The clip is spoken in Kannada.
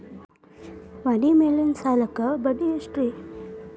ಮನಿ ಮೇಲಿನ ಸಾಲಕ್ಕ ಬಡ್ಡಿ ಎಷ್ಟ್ರಿ?